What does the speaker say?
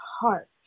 heart